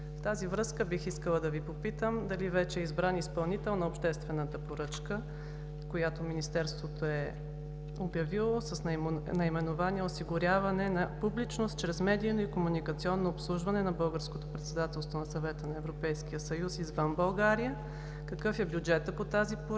В тази връзка бих искала да Ви попитам: дали вече е избран изпълнител на обществената поръчка, която Министерството е обявило, с наименование „Осигуряване на публичност чрез медийно и комуникационно обслужване на българското председателство на Съвета на Европейския съюз извън България“? Какъв е бюджетът по тази поръчка?